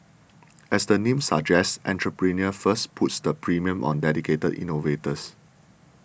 as the name suggests Entrepreneur First puts the premium on dedicated innovators